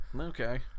Okay